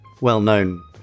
well-known